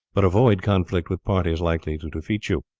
but avoid conflict with parties likely to defeat you.